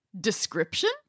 description